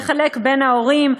לחלק בין ההורים,